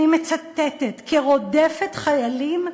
אני מצטטת: כ"רודפת חיילים",